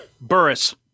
Burris